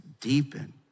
deepen